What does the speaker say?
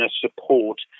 support